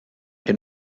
que